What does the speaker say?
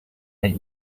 make